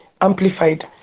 amplified